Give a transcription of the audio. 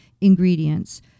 ingredients